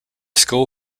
school